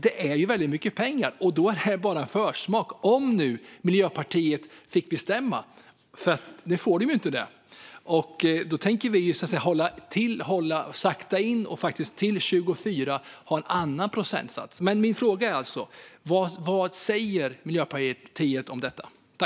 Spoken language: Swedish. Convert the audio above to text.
Det är väldigt mycket pengar, och det är bara en försmak jämfört med hur det skulle bli om Miljöpartiet fick bestämma. Nu får de inte det, och då tänker vi sakta in och till 2024 ha en annan procentsats. Men min fråga är alltså: Vad säger Miljöpartiet om detta?